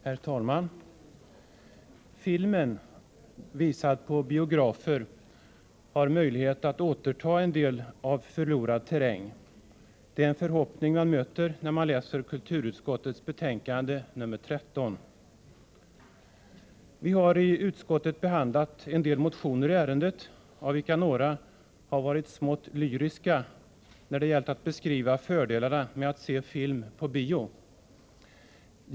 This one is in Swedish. Herr talman! Filmen — visad på biografer — har möjlighet att återta en del av förlorad terräng. Det är en förhoppning man möter när man läser kulturutskottets betänkande nr 13. Vi har i utskottet behandlat några motioner i ärendet, av vilka några har varit smått lyriska, när det gällt att beskriva fördelarna med att se film på bio.